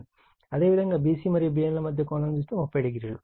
అదేవిధంగా bc మరియు bn ల మధ్య కోణం చూస్తే 30o